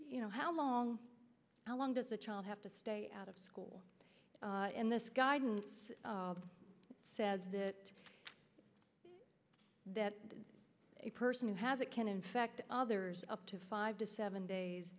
you know how long how long does a child have to stay out of school in this guidance says that that a person who has it can infect others up to five to seven days